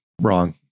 wrong